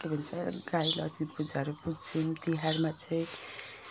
के भन्छ गाई लक्ष्मी पूजाहरू पुज्छौँ तिहारमा चाहिँ